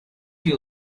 you